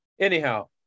anyhow